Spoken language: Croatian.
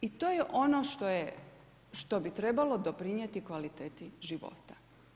I to je ono što bi trebalo doprinijeti kvaliteti života.